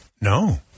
No